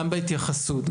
גם בהתייחסות,